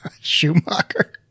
Schumacher